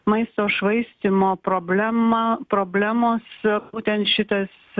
maisto švaistymo problema problemos būtent šitas